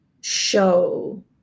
show